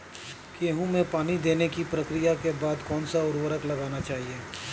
गेहूँ में पानी देने की प्रक्रिया के बाद कौन सा उर्वरक लगाना चाहिए?